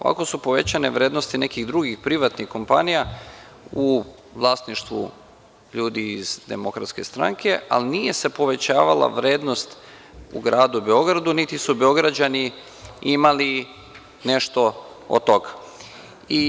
Ovako su povećane vrednosti nekih drugih privatnih kompanija u vlasništvu ljudi iz DS, ali nije se povećavala vrednost u gradu Beogradu niti su Beograđani imali nešto od toga.